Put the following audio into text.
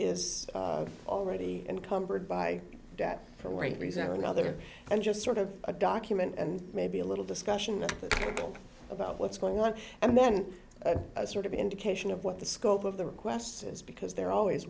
is already encumbered by debt for the right reason or another and just sort of a document and maybe a little discussion about what's going on and then sort of indication of what the scope of the requests is because they're always